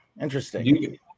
Interesting